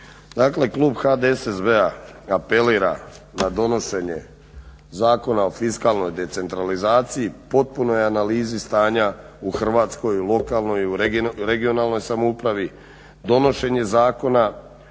klub HDSSB-a apelira na donošenje Zakona o fiskalnoj decentralizaciji, potpunoj analizi stanja u Hrvatskoj, u lokalnoj, u regionalnoj samoupravi, donošenje zakona